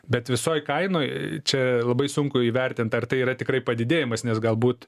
bet visoj kainoj čia labai sunku įvertint ar tai yra tikrai padidėjimas nes galbūt